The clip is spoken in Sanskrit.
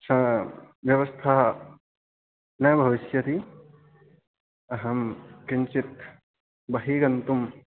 सा व्यवस्था न भविष्यति अहं किञ्चित् बहिर्गन्तुं